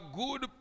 good